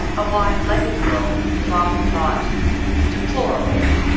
a wide-legged girl is often thought deplorable,